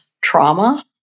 trauma